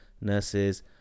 nurses